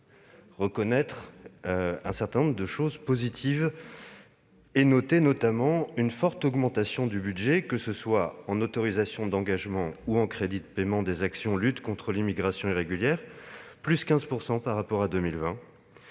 reconnaître un certain nombre de choses positives. Je tiens à noter une forte augmentation du budget, que ce soit en autorisations d'engagement ou en crédits de paiement, de l'action n° 03, Lutte contre l'immigration irrégulière, qui augmente de 15 % par rapport à 2020,